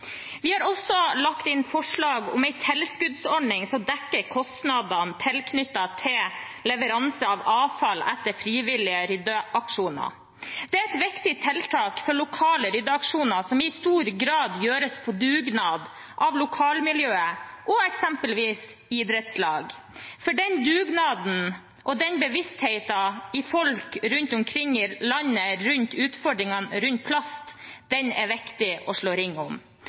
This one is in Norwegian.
Vi har også lagt inn forslag om en tilskuddsordning som dekker kostnadene knyttet til leveranser av avfall etter frivillige ryddeaksjoner. Det er et viktig tiltak for lokale ryddeaksjoner, som i stor grad gjøres på dugnad av lokalmiljøet, eksempelvis idrettslag. Den dugnaden og bevisstheten hos folk rundt omkring i landet om utfordringene rundt plast er viktig å slå ring om.